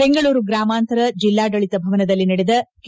ಬೆಂಗಳೂರು ಗ್ರಾಮಾಂತರ ಜಿಲ್ಲಾಡಳಿತ ಭವನದಲ್ಲಿ ನಡೆದ ಕೆ